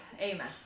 Amen